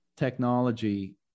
technology